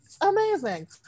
amazing